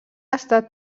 estat